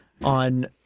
on